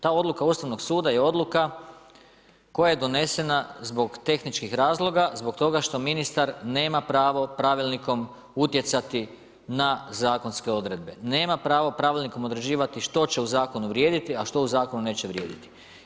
Ta odluka Ustavnog suda je odluka koja je donesena zbog tehničkih razloga, zbog toga što ministar nema pravo Pravilnikom utjecati na zakonske odredbe, nema pravo Pravilnikom određivati što će u zakonu vrijediti, a što u zakonu neće vrijediti.